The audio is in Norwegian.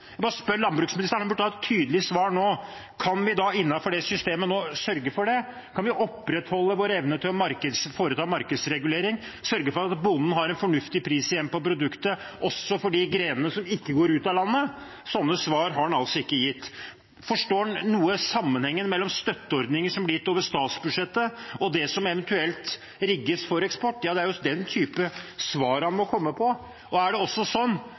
Jeg bare spør landbruksministeren, og han burde ha et tydelig svar nå: Kan vi innenfor det systemet sørge for det? Kan vi opprettholde vår evne til å foreta markedsregulering, sørge for at bonden får en fornuftig pris igjen for produktet, også for de grenene som ikke går ut av landet? Slike svar har han altså ikke gitt. Forstår han noe av sammenhengen mellom støtteordninger som blir gitt over statsbudsjettet, og det som eventuelt rigges for eksport? Det er den typen svar han må komme med. Og er det også